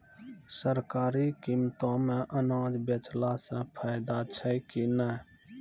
सरकारी कीमतों मे अनाज बेचला से फायदा छै कि नैय?